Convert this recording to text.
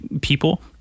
people